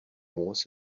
was